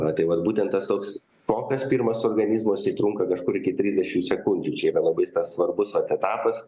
a tai vat būtent tas toks tokas pirmas organizmas tai trunka kažkur iki trisdešimt sekundžių čia yra labai tas svarbus vat etapas